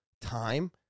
time